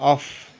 off